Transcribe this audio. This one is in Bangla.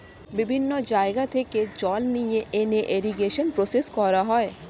বিভিন্ন জায়গা থেকে জল নিয়ে এনে ইরিগেশন প্রসেস করা হয়